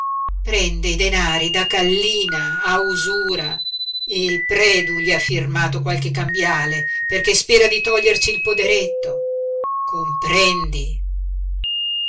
prende i denari da kallina a usura e predu gli ha firmato qualche cambiale perché spera di toglierci il poderetto comprendi